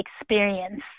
experience